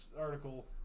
article